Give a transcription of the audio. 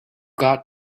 got